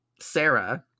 Sarah